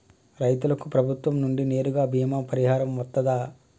రైతులకు ప్రభుత్వం నుండి నేరుగా బీమా పరిహారం వత్తదా?